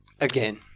Again